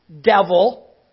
devil